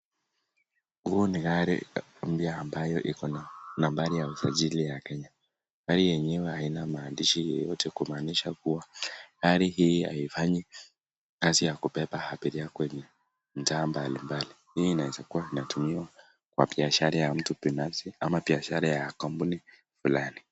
Huu ni gari mpya ambayo ikona nambari ya usajili ya Kenya. Gari hii yenyewe haina maandishi yeyote kumaanisha kuwa gari hii haifanyi kazi ya kubeba abiria kwenye mtaa mbali mbali. Hii inaweza kuwa inatumiwa kwa biashara ya mtu binafsi ama biashara ya kampuni fulani.